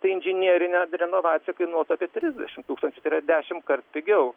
tai inžinerinė renovacija kainuotų apie trisdešim tūkstančių tai yra dešimkart pigiau